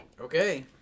Okay